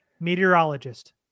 meteorologist